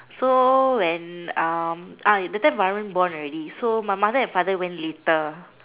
so when um ah that time Varum born already so my mother and father went later